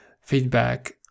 feedback